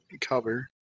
cover